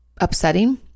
upsetting